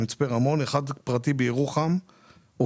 גם בירוחם יש בית מרקחת פרטי.